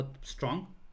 strong